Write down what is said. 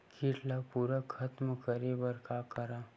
कीट ला पूरा खतम करे बर का करवं?